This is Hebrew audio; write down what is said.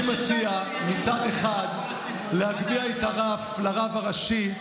אני מציע מצד אחד להגביה את הרף לרב הראשי,